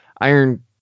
Iron